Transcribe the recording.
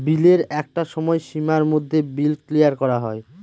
বিলের একটা সময় সীমার মধ্যে বিল ক্লিয়ার করা হয়